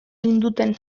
ninduten